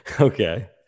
Okay